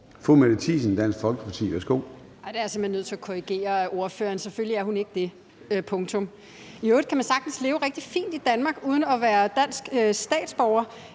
Mette Thiesen (DF): Der er jeg simpelt hen nødt til at korrigere ordføreren. Selvfølgelig er hun ikke det – punktum. I øvrigt kan man sagtens leve rigtig fint i Danmark uden at være dansk statsborger.